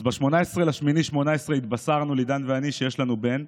ב-18 באוגוסט 2018, לידן ואני התבשרנו שיש לנו בן,